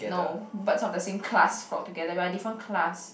no buts of the same class for together we are different class